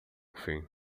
fim